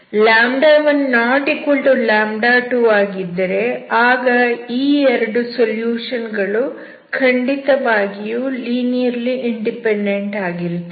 12 ಆಗಿದ್ದರೆ ಆಗ ಈ 2 ಸೊಲ್ಯೂಷನ್ ಗಳು ಖಂಡಿತವಾಗಿಯೂ ಲೀನಿಯರ್ಲಿ ಇಂಡಿಪೆಂಡೆಂಟ್ ಆಗಿರುತ್ತವೆ